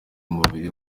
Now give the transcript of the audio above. mubiri